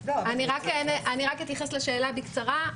אתייחס לשאלה בקצרה,